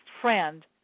friend